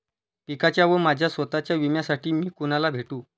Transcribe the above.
पिकाच्या व माझ्या स्वत:च्या विम्यासाठी मी कुणाला भेटू?